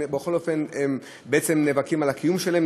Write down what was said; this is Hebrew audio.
לטענתם הם נאבקים על הקיום שלהם,